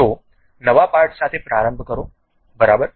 તો નવા પાર્ટ સાથે પ્રારંભ કરો બરાબર